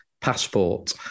passport